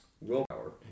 willpower